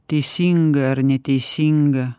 teisingą ar neteisingą